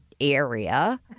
area